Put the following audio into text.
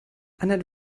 ernährt